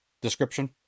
description